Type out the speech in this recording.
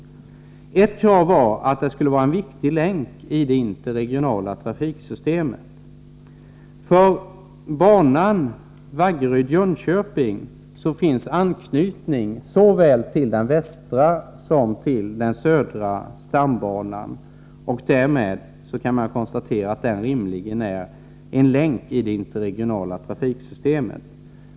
För det första skall dessa banor utgöra en viktig länk i det interregionala trafiksystemet. Beträffande banan Vaggeryd-Jönköping finns anknytning såväl till den västra som till den södra stambanan. Därmed kan man konstatera att den rimligen utgör en länk i det interregionala trafiksystemet.